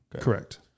Correct